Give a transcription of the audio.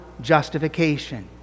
justification